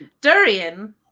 Durian